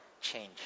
change